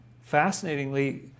fascinatingly